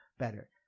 better